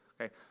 okay